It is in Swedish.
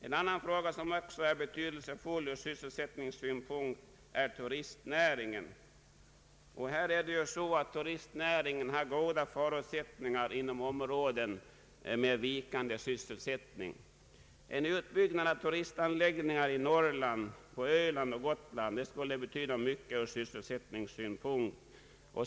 En annan fråga som också är betydelsefull ur sysselsättningssynpunkt är turistnäringen, och här är det så att turistnäringen har goda förutsättningar inom områden med vikande sysselsättning. En utbyggnad av turistanläggningar i Norrland, på öland och Gotland skulle betyda mycket ur sysselsättningssynpunkt.